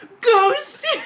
ghost